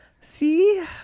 see